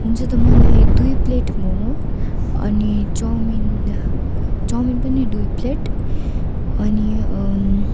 हुन्छ त मलाई दुई प्लेट मम अनि चाउमिन चाउमिन पनि दुई प्लेट अनि